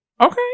Okay